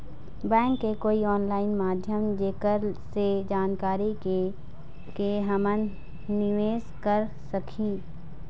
Bank के कोई online माध्यम जेकर से जानकारी के के हमन निवेस कर सकही?